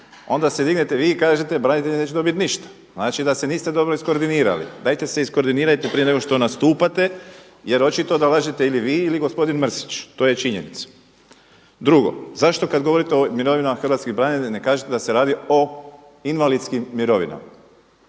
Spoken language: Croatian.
Onda se dignete vi i kažete branitelji neće dobiti ništa. Znači da se niste dobro iskoordinirali. Dajte se iskoordinirajte prije nego što nastupate, jer očito da lažete ili vi ili gospodin Mrsić to je činjenica. Drugo, zašto kad govorite o mirovinama hrvatskih branitelja ne kažete da se radi o invalidskim mirovinama.